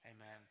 Amen